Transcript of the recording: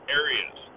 areas